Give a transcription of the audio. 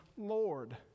lord